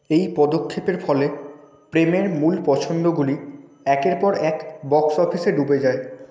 এই পদক্ষেপের ফলে প্রেমের মূল পছন্দগুলি একের পর এক বক্স অফিসে ডুবে যায়